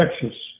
Texas